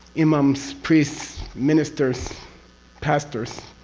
imams, priests, ministers pastors,